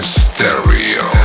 stereo